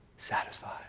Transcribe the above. satisfied